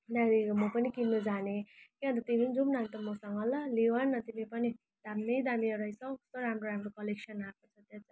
त्यहाँदेखिको म पनि किन्न जाने के अन्त तिमी नि जाउँ अन्त मसँग ल ल्याऊ न तिमी पनि दामी दामी रहेछ हौ कस्तो राम्रो राम्रो कलेक्सन आएको आएको रहेछ